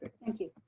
thank you.